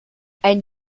ein